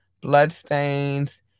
bloodstains